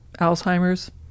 Alzheimer's